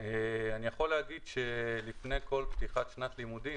שלפני כל פתיחת שנת לימודים,